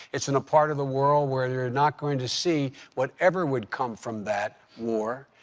it's in a part of the world where you're not going to see whatever would come from that war.